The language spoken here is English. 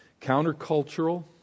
countercultural